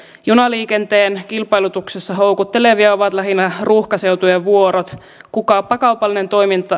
junaliikenteen kilpailutuksessa houkuttelevia ovat lähinnä ruuhkaseutujen vuorot kukapa kaupallinen